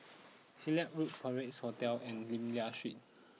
Silat Road Parc Sovereign Hotel and Lim Liak Street